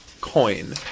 coin